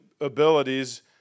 abilities